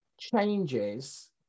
changes